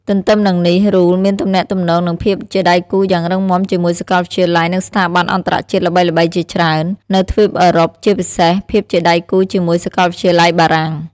ទន្ទឹមនឹងនេះRULE មានទំនាក់ទំនង និងភាពជាដៃគូយ៉ាងរឹងមាំជាមួយសាកលវិទ្យាល័យ និងស្ថាប័នអន្តរជាតិល្បីៗជាច្រើន នៅទ្វីបអឺរ៉ុបជាពិសេសភាពជាដៃគូជាមួយសាកលវិទ្យាល័យបារាំង។